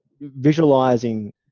visualizing